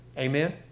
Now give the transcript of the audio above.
Amen